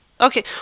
Okay